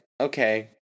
okay